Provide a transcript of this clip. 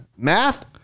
Math